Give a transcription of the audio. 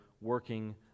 working